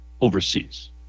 overseas